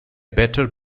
better